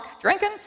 drinking